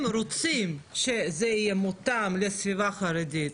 רוצים שזה יהיה מותאם לסביבה חרדית,